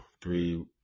three